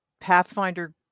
pathfinder